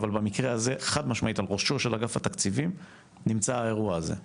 אבל במקרה הזה, על ראשו של אג"ת נמצא האירוע הזה,